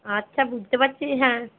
আচ্ছা বুঝতে পারছি হ্যাঁ